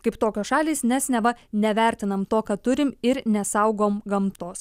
kaip tokios šalys nes neva nevertinam to ką turim ir nesaugom gamtos